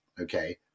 okay